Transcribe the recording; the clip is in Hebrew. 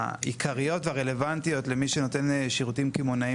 העיקריות והרלוונטיות למי שנותן שירותים קמעונאיים